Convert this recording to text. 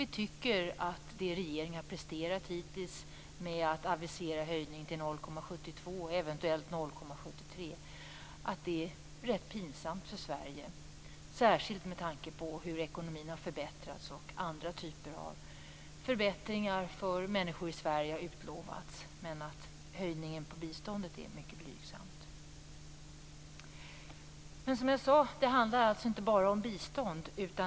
Vi tycker att det regeringen presterat hittills genom att avisera en höjning till 0,72 % eller eventuellt 0,73 % är rätt pinsamt för Sverige, särskilt med tanke på hur ekonomin har förbättrats och att andra typer av förbättringar för människor i Sverige har utlovats. Men höjningen på biståndet är mycket blygsam. Men som jag sade handlar det inte bara om bistånd.